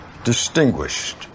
Distinguished